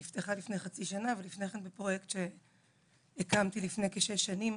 שנפתחה לפני חצי שנה ולפני כן בפרויקט שהקמתי לפני כשש שנים.